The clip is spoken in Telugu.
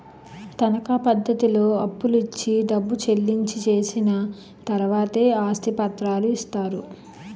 తనకా పద్ధతిలో అప్పులు ఇచ్చి డబ్బు చెల్లించి చేసిన తర్వాతే ఆస్తి పత్రాలు ఇస్తారు